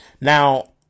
Now